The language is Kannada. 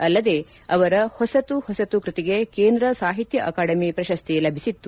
ಅಲ್ಲದೇ ಅವರ ಹೊಸತು ಹೊಸತು ಕೃತಿಗೆ ಕೇಂದ್ರ ಸಾಹಿತ್ಯ ಅಕಾಡಮಿ ಪ್ರಶಸ್ತಿ ಲಭಿಸಿತ್ತು